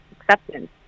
acceptance